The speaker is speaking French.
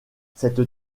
cette